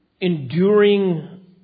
enduring